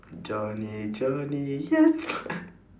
johnny johnny yes